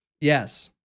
Yes